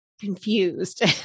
confused